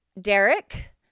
Derek